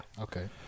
Okay